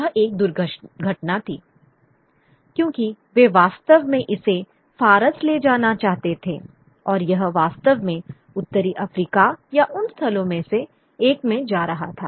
यह एक दुर्घटना थी क्योंकि वे वास्तव में इसे फारस ले जाना चाहते थे और यह वास्तव में उत्तरी अफ्रीका या उन स्थलों में से एक में जा रहा था